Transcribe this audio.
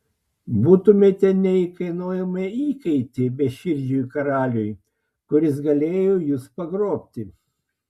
būtumėte neįkainojama įkaitė beširdžiui karaliui kuris galėjo jus pagrobti